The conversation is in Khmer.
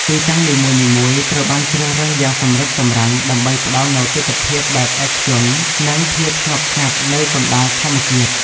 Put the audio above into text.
ទីតាំងនីមួយៗត្រូវបានជ្រើសរើសយ៉ាងសម្រិតសម្រាំង ដើម្បីផ្ដល់នូវទិដ្ឋភាពបែបឯកជន និងភាពស្ងប់ស្ងាត់នៅកណ្ដាលធម្មជាតិ។